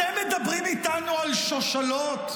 אתם מדברים איתנו על שושלות?